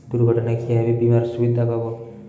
দুর্ঘটনায় কিভাবে বিমার সুবিধা পাব?